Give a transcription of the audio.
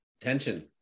tension